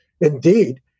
indeed